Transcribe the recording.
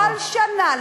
בכל שנה,